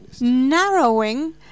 narrowing